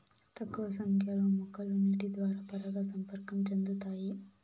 తక్కువ సంఖ్య లో మొక్కలు నీటి ద్వారా పరాగ సంపర్కం చెందుతాయి